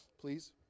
please